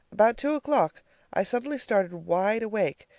about two o'clock i suddenly started wide awake,